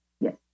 yes